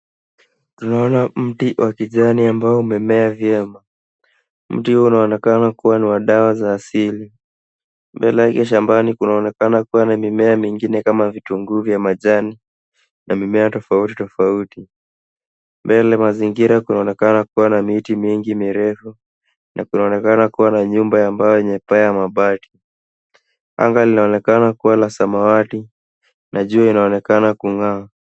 Naona mti wa kijani ambao umemea vyema. Mti huo unaonekana kuwa ni wa dawa za asili. Mbele yake shambani kunaonekana kuwa na mimea mingine kama vitunguu vya majani na mimea tofauti tofauti. Mbele mazingira kunaonekana kuwa na miti mingi mirefu. Na kunaonekana kuwa na nyumba ya mbao yenye paa ya mabati. Anga linaonekana kuwa la samawati na jua inaonekana kung'aa.